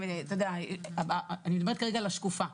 אתה יודע, אני מדברת כרגע על השקופה.